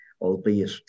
albeit